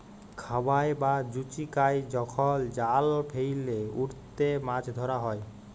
খাবাই বা জুচিকাই যখল জাল ফেইলে উটতে মাছ ধরা হ্যয়